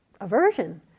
aversion